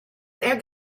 there